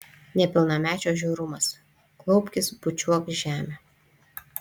nepilnamečio žiaurumas klaupkis bučiuok žemę